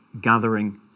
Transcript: gathering